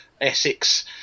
Essex